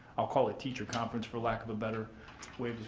i'll call it teacher conference for lack of a better way